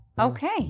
Okay